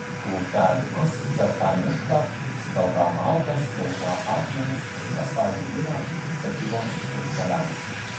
plūkią linus kertą mišką skaldą malkas daužą akmenis ir kasą žvyrą statyboms ir keliams